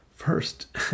First